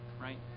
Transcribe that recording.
right